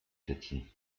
setzen